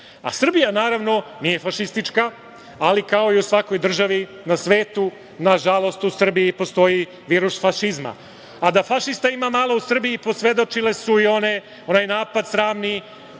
Srbija, naravno, nije fašistička, ali kao i u svakoj državi na svetu, na žalost, u Srbiji postoji virus fašizma. A da fašista ima malo u Srbiji posvedočile su i onaj napad sramni